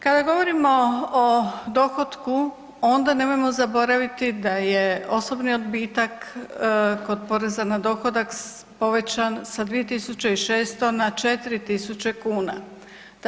Kad govorimo o dohotku, onda nemojmo zaboraviti da je osobni odbitak kod poreza na dohodak povećan s 2600 na 4000 tisuće kuna.